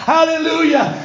Hallelujah